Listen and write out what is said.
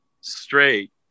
straight